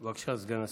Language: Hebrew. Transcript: בבקשה, סגן השר.